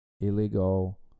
illegal